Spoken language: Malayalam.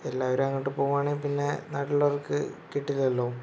എല്ലാവരും അങ്ങോട്ട് പോവാണെങ്കിൽ പിന്നെ നാട്ടിലുള്ളവർക്ക് കിട്ടില്ലല്ലോ